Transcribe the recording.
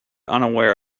unaware